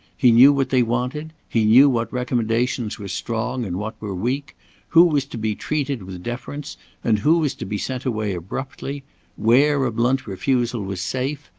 he knew what they wanted he knew what recommendations were strong and what were weak who was to be treated with deference and who was to be sent away abruptly where a blunt refusal was safe,